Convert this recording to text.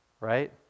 right